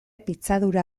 pitzadura